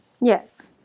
Yes